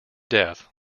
death